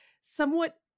somewhat